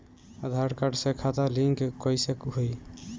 आधार card से खाता link कईसे होई?